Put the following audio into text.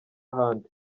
ahandi